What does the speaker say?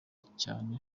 cyane